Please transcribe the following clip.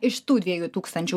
iš tų dviejų tūkstančių